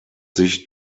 sich